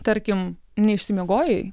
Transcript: tarkim neišsimiegojai